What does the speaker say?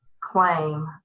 claim